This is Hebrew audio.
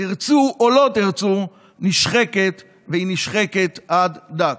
תרצו או לא תרצו, נשחקת, והיא נשחקת עד דק.